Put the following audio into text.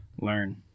learn